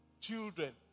children